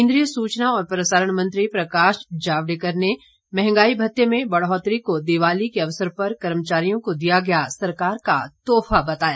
केंद्रीय सूचना और प्रसारण मंत्री प्रकाश जावड़ेकर ने महंगाई भत्ते में बढ़ोतरी को दिवाली के अवसर पर कर्मचारियों को दिया गया सरकार का तोहफा बताया